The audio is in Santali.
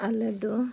ᱟᱞᱮᱫᱚ